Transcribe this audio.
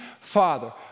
Father